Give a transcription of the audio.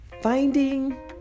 Finding